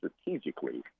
strategically